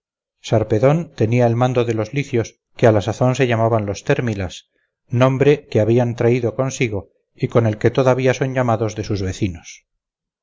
solymos sarpedon tenía el mando de los licios que a la sazón se llamaban los térmilas nombre que habían traído consigo y con el que todavía son llamados de sus vecinos